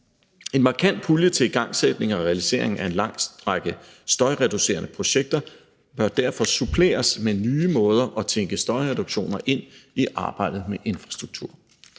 En markant pulje til igangsætning og realisering af en lang række støjreducerende projekter bør derfor suppleres med nye måder at tænke støjreduktioner ind i arbejdet med infrastruktur.